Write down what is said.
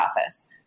office